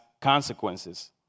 consequences